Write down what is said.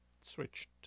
switched